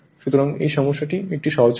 সুতরাং এই সমস্যাটি একটি সহজ সমস্যা ছিল